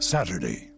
Saturday